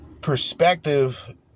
perspective